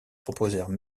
proposèrent